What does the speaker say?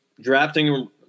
drafting